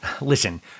Listen